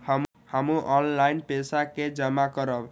हमू ऑनलाईनपेसा के जमा करब?